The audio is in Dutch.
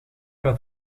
dat